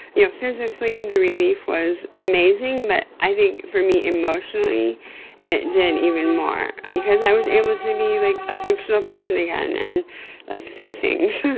you know physically the relief was amazing, but i think for me emotionally it did even more, because i was able to be like a functional person again and like do things.